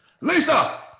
Lisa